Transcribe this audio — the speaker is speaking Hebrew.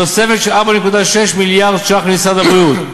תוספת של 4.6 מיליארד ש"ח למשרד הבריאות,